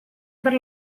per